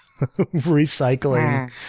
recycling